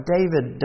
David